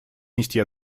нести